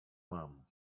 mam